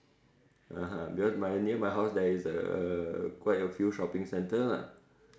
(uh huh) because my near my house there is uh quite a few shopping centre lah